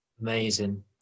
Amazing